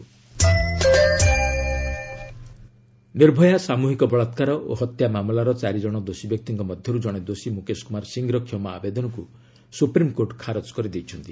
SC Nirbhaya Nirbhaya ସାମ୍ରହିକ ବଳାକାର ଓ ହତ୍ୟା ମାମଲାର ଚାରିଜଣ ଦୋଷୀବ୍ୟକ୍ତିଙ୍କ ମଧ୍ୟରୁ ଜଣେ ଦୋଷୀ ମୁକେଶ କୁମାର ସିଂର କ୍ଷମା ଆବେଦନକୁ ସୁପ୍ରିମକୋର୍ଟ ଖାରଜ କରିଦେଇଛନ୍ତି